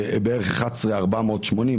בערך 11,480,